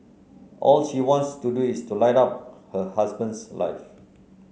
all she wants to do is to light up her husband's life